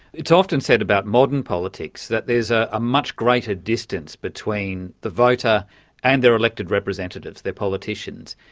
it's often said about modern politics that there is a ah much greater distance between the voter and their elected representatives, their politicians.